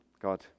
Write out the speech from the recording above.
God